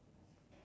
sand